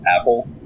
apple